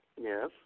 Yes